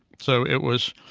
so it was,